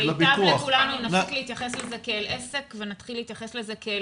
ייטב לכולנו אם נפסיק להתייחס לזה כאל עסק ונתחיל להתייחס לזה כאל